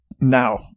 Now